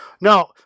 no